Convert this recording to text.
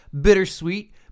bittersweet